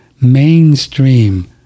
mainstream